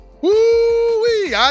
Woo-wee